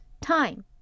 time